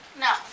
No